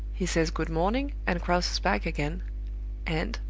he says good-morning, and crosses back again and,